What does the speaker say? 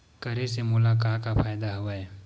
करे से मोला का का फ़ायदा हवय?